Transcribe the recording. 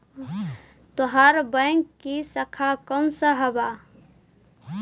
तोहार बैंक की शाखा कौन सा हवअ